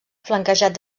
flanquejat